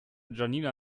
janina